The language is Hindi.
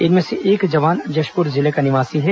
इनमें से एक जवान जशपुर जिले का निवासी है